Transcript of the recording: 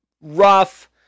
rough